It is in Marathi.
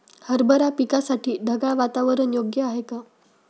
हरभरा पिकासाठी ढगाळ वातावरण योग्य आहे का?